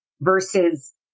versus